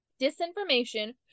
disinformation